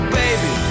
baby